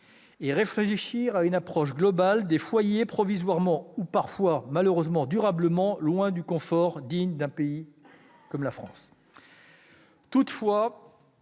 et réfléchir à une approche globale des foyers provisoirement et parfois, malheureusement, durablement éloignés du confort digne d'un pays comme la France.